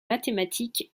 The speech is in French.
mathématiques